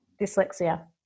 dyslexia